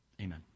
Amen